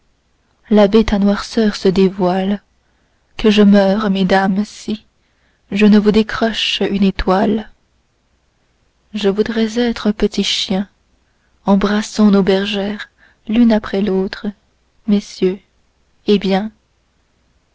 l'abbé ta noirceur se dévoile que je meure mesdames si je ne vous décroche une étoile je voudrais être petit chien embrassons nos bergères l'une après l'autre messieurs eh bien